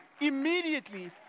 immediately